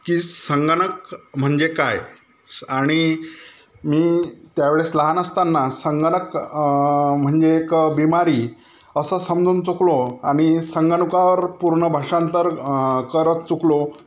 कि संगणक म्हणजे काय आणि मी त्या वेळेस लहान असतांना संगणक म्हणजे एक बिमारी असं समजून चुकलो आणि संगणकावर पूर्ण भाषांतर करत चुकलो